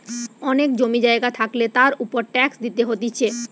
অনেক জমি জায়গা থাকলে তার উপর ট্যাক্স দিতে হতিছে